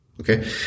okay